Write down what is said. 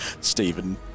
Stephen